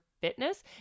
fitness